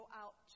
out